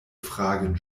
fragen